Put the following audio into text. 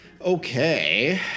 Okay